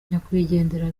nyakwigendera